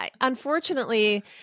unfortunately